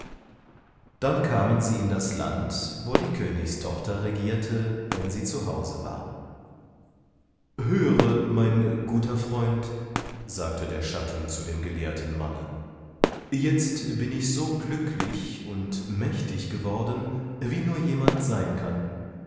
dann kamen sie in das land wo die königstochter regierte wenn sie zu hause war höre mein guter freund sagte der schatten zu dem gelehrten manne jetzt bin ich so glücklich und mächtig geworden wie nur jemand sein kann